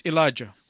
Elijah